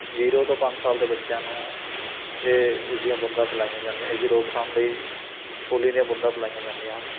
zero ਤੋਂ ਪੰਜ ਸਾਲ ਦੇ ਬੱਚਿਆਂ ਨੂੰ ਇਹ ਇਸਦੀਆਂ ਬੂੰਦਾਂ ਪਿਲਾਈਆਂ ਜਾਂਦੀਆਂ ਇਸ ਦੀ ਰੋਕਥਾਮ ਲਈ ਪੋਲੀਓ ਦੀਆਂ ਬੂੰਦਾਂ ਪਿਲਾਈਆਂ ਜਾਂਦੀਆਂ ਹਨ